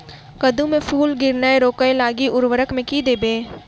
कद्दू मे फूल गिरनाय रोकय लागि उर्वरक मे की देबै?